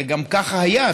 וגם כך היה,